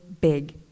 big